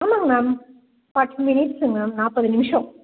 ஆமாம்ங்க ma'am forty minutes ma'am நாற்பது நிமிஷம்